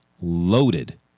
loaded